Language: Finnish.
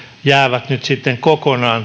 jäävät nyt sitten kokonaan